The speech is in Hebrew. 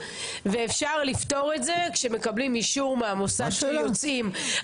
ואפשר לפתור את זה בכך שמקבלים אישור מהמוסד כשיוצאים.